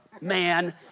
man